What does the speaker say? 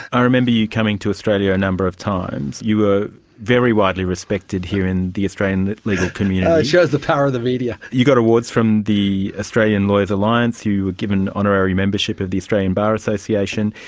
i remember you coming to australia a number of times. you were very widely respected here in the australian legal community. it shows the power of the media. you got awards from the australian lawyers alliance, you you were given honorary membership of the australian bar association,